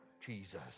Jesus